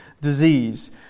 Disease